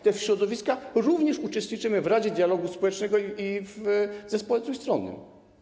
Te środowiska również uczestniczyły w Radzie Dialogu Społecznego i w zespole trójstronnym.